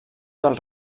dels